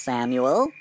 Samuel